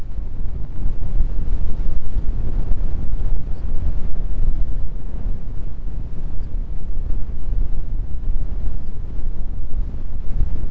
मधुमक्खियों के छत्ते का मोम चाकू से काटा जाता है तथा मधुमक्खी द्वारा संचित मधु को मधुकोश से निकाला जाता है